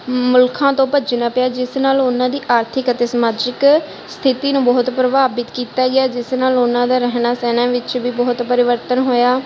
ਮੁਲਕਾਂ ਤੋਂ ਭੱਜਣਾ ਪਿਆ ਜਿਸ ਨਾਲ ਉਹਨਾਂ ਦੀ ਆਰਥਿਕ ਅਤੇ ਸਮਾਜਿਕ ਸਥਿਤੀ ਨੂੰ ਬਹੁਤ ਪ੍ਰਭਾਵਿਤ ਕੀਤਾ ਗਿਆ ਜਿਸ ਨਾਲ ਉਹਨਾਂ ਦਾ ਰਹਿਣਾ ਸਹਿਣਾ ਵਿੱਚ ਵੀ ਬਹੁਤ ਪਰਿਵਰਤਨ ਹੋਇਆ